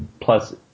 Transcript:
Plus